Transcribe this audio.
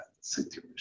situation